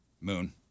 Moon